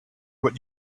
what